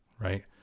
Right